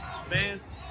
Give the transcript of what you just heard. fans